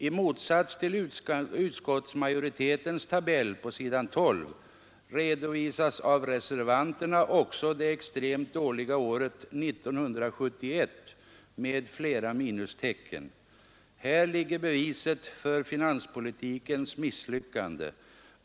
I motsats till utskottsmajoritetens tabell på s. 12 redovisar den också det extremt dåliga året 1971 med flera minustecken. Här ligger beviset för finanspolitikens misslyckande.